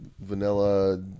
vanilla